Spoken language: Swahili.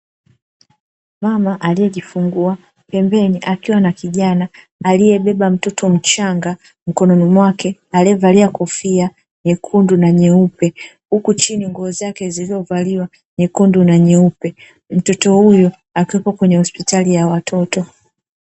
Mama aliyejifungua pembeni akiwa na kijana aliyebeba mtoto mchanga mkononi mwake, aliyevalia kofia nyekundu na nyeupe huku chini nguo zake zilizovaliwa nyekundu na nyeupe, mtoto huyu akiwepo kwenye hospitali ya watoto.